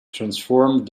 transformed